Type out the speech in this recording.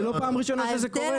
זו לא פעם ראשונה שזה קורה.